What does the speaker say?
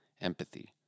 empathy